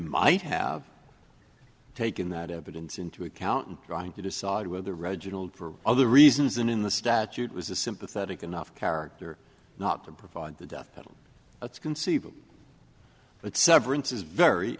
might have taken that evidence into account in trying to decide whether reginald for other reasons and in the statute was a sympathetic enough character not to provide the death penalty it's conceivable but severance is very